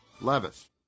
Levis